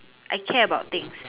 I care about things